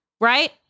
Right